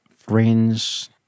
friends